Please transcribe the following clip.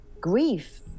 grief